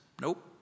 nope